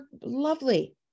lovely